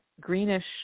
greenish